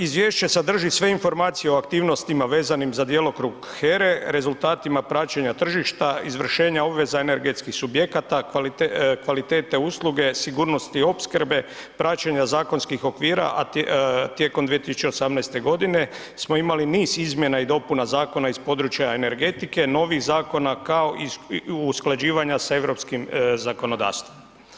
Izvješće sadrži sve informacije o aktivnostima vezanim za djelokrug HERA-e, rezultatima praćenja tržišta, izvršenja obveza energetskih subjekata, kvalitete usluge, sigurnosti opskrbe, praćenja zakonskih okvira, a tijekom 2018. godine smo imali niz izmjena i dopuna zakona iz područja energetike, novih zakona kao i usklađivanja sa europskim zakonodavstvom.